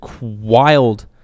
wild